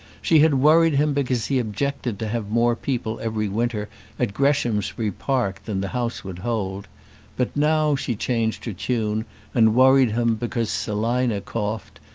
she had worried him because he objected to have more people every winter at greshamsbury park than the house would hold but now she changed her tune and worried him because selina coughed,